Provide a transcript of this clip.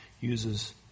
uses